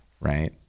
Right